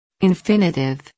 Infinitive